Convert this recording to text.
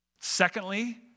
Secondly